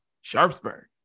Sharpsburg